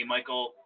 Michael